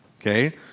okay